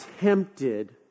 tempted